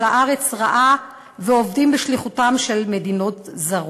הארץ רעה ועובדים בשליחותן של מדינות זרות.